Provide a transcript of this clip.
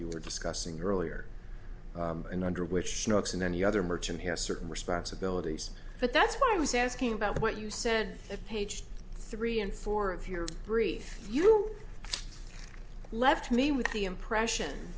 you were discussing earlier and under which she works and then the other merchant has certain responsibilities but that's what i was asking about what you said at page three and four of your brief you left me with the impression